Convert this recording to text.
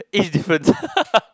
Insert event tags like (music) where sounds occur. it's different (laughs)